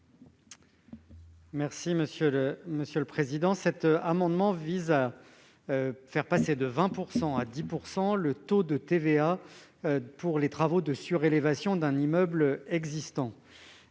M. Rémi Féraud. Cet amendement vise à faire passer de 20 % à 10 % le taux de TVA pour les travaux de surélévation d'un immeuble existant.